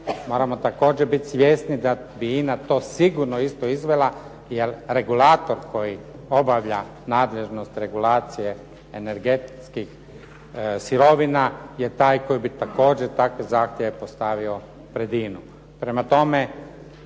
Moramo također biti svjesno da bi INA to sigurno isto izvela, jer regulator koji obavlja nadležnost regulacije energetskih sirovina je taj koji bi također takve zahtjeve postavio pred INA-u.